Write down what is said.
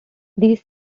these